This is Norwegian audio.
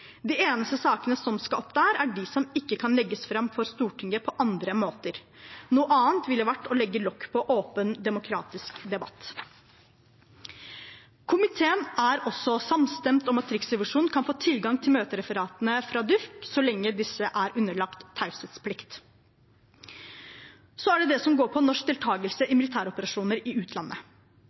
De eneste sakene som skal opp der, er de som ikke kan legges fram for Stortinget på andre måter. Noe annet ville vært å legge lokk på åpen demokratisk debatt. Komiteen er også samstemt om at Riksrevisjonen kan få tilgang til møtereferatene fra DUUFK så lenge disse er underlagt taushetsplikt. Så til det som går på norsk deltakelse i militæroperasjoner i utlandet.